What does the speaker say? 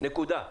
נקודה.